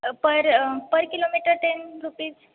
per per kilometre ten rupees